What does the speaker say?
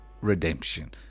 redemption